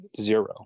Zero